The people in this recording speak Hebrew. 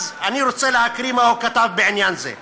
אני רוצה להקריא מה הוא כתב בעניין זה: